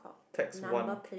tax one